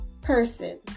person